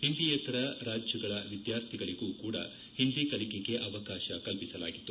ಹಿಂದಿಯೇತರ ರಾಜ್ಯಗಳ ವಿದ್ಯಾರ್ಥಿಗಳೂ ಕೂಡಾ ಹಿಂದಿ ಕಲಿಕೆಗೆ ಅವಕಾಶ ಕಲ್ಲಿಸಲಾಗಿತ್ತು